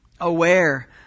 Aware